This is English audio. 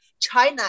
China